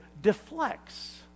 deflects